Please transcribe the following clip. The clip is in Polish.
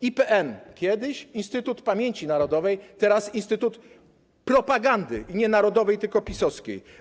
IPN. Kiedyś Instytut Pamięci Narodowej, teraz instytut propagandy i nie narodowej, tylko PiS-owskiej.